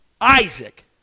Isaac